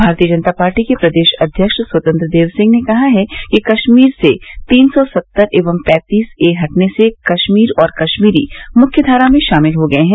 भारतीय जनता पार्टी के प्रदेश अध्यक्ष स्वतंत्र देव सिंह ने कहा कि कश्मीर से तीन सौ सत्तर एवं पैंतीस ए हटने से कश्मीर और कश्मीरी मुख्य धारा में शामिल हो गये हैं